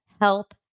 help